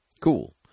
Cool